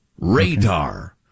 Radar